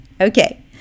okay